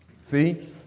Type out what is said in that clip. see